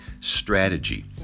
strategy